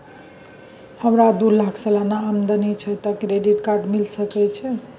हमरा दू लाख सालाना आमदनी छै त क्रेडिट कार्ड मिल सके छै?